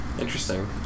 Interesting